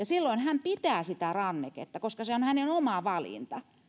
silloin hän pitää sitä ranneketta koska se on hänen oma valintansa